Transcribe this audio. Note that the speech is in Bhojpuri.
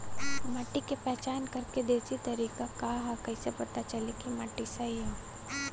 माटी क पहचान करके देशी तरीका का ह कईसे पता चली कि माटी सही ह?